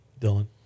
Dylan